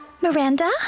Miranda